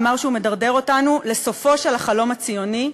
אמר שהוא מדרדר אותנו לסופו של החלום הציוני.